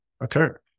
occur